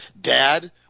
dad